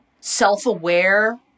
self-aware